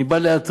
אני בא להתריע,